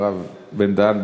הרב בן-דהן,